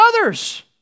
others